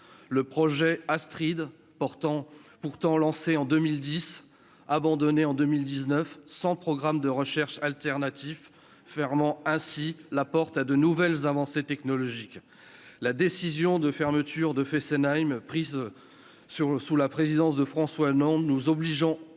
le projet Astride portant pourtant lancée en 2010, abandonné en 2019 100, programme de recherche alternatif, fermant ainsi la porte à de nouvelles avancées technologiques, la décision de fermeture de Fessenheim prise sur le sous la présidence de François en nous obligeant